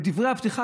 בדברי הפתיחה,